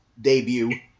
debut